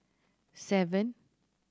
seven